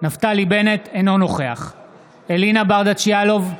אינו נוכח אלינה ברדץ' יאלוב,